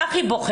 כך היא בוחרת,